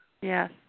Yes